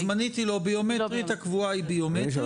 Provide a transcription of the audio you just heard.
הזמנית היא לא ביומטרית והקבועה היא ביומטרית.